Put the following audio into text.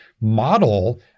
model